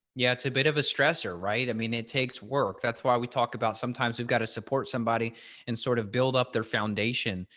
yeah, it's a bit of a stressor, right? i mean, it takes work. that's why we talk about sometimes we've got to support somebody and sort of build up their foundation.